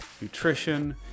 nutrition